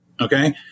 Okay